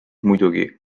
muidugi